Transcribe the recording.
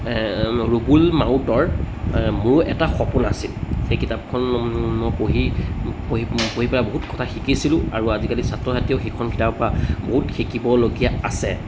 ৰুবুল মাউতৰ মোৰো এটা সপোন আছিল সেই কিতাপখন মই পঢ়ি পঢ়ি পঢ়ি পেলাই বহুত কথা শিকিছিলোঁ আৰু আজিকালি ছাত্ৰ ছাত্ৰীও সেইখন কিতাপৰ পৰা বহুত শিকিবলগীয়া আছে